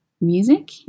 music